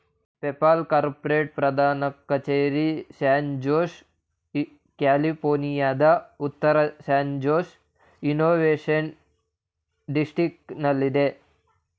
PayPal corporate ಪ್ರಧಾನ ಕಚೇರಿ San Jose, ಕ್ಯಾಲಿಫೋರ್ನಿಯಾದ ಉತ್ತರ ಸ್ಯಾನ್ ಜೋಸ್ ಇನ್ನೋವೇಶನ್ ಡಿಸ್ಟ್ರಿಕ್ಟನಲ್ಲಿದೆ